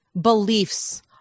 beliefs